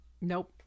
Nope